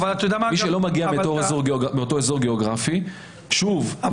מי שלא מגיע מאותו אזור גיאוגרפי --- אבל